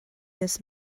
this